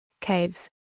caves